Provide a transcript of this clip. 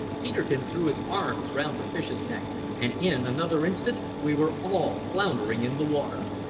peterkin threw his arms round the fish's neck, and in another instant we were all floundering in the water!